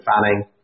Fanning